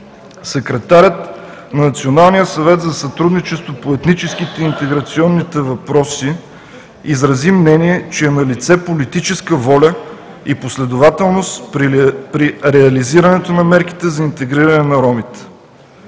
Секретарят на Националния съвет за сътрудничество по етническите и интеграционните въпроси изрази мнение, че е налице политическа воля и последователност при реализирането на мерките за интегриране на ромите.